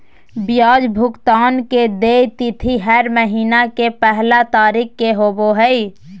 ब्याज भुगतान के देय तिथि हर महीना के पहला तारीख़ के होबो हइ